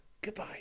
Goodbye